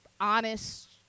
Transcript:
honest